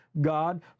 God